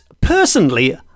personally